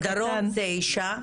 בדרום תשע?